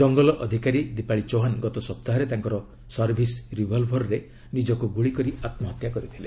କଙ୍ଗଲ ଅଧିକାରୀ ଦୀପାଳି ଚୌହାନ ଗତ ସପ୍ତାହରେ ତାଙ୍କର ସର୍ଭିସ୍ ରିଭଲଭର୍ରେ ନିଜକୁ ଗୁଳି କରି ଆତ୍ମହତ୍ୟା କରିଥିଲେ